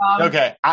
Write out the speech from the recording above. Okay